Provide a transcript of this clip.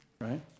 right